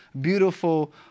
beautiful